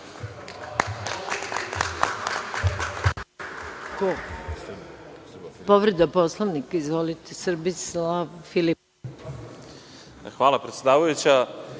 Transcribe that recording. Hvala predsedavajuća,